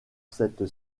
cette